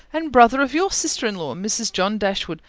and brother of your sister-in-law, mrs. john dashwood,